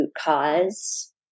cause